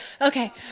okay